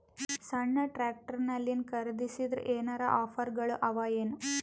ಸಣ್ಣ ಟ್ರ್ಯಾಕ್ಟರ್ನಲ್ಲಿನ ಖರದಿಸಿದರ ಏನರ ಆಫರ್ ಗಳು ಅವಾಯೇನು?